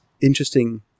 interesting